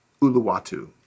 Uluwatu